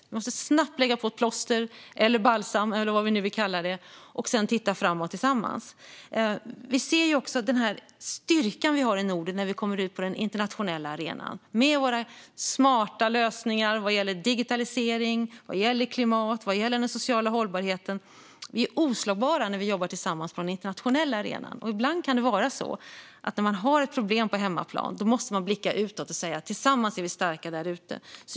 Vi måste snabbt sätta på ett plåster eller lägga på balsam och sedan titta framåt tillsammans. Vi ser ju vilken styrka vi har i Norden när vi kommer ut på den internationella arenan. Vi har smarta lösningar när det gäller digitalisering, klimat och social hållbarhet. Vi är oslagbara när vi jobbar tillsammans på den internationella arenan. När man har ett problem på hemmaplan måste man ibland blicka ut och säga: Där ute är vi starka tillsammans.